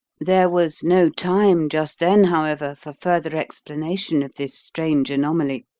there was no time just then, however, for further explanation of this strange anomaly.